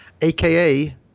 aka